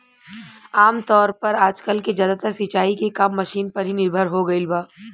आमतौर पर आजकल के ज्यादातर सिंचाई के काम मशीन पर ही निर्भर हो गईल बा